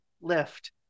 lift